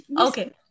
okay